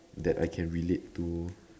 that I can relate to